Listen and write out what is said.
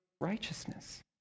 righteousness